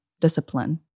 discipline